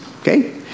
okay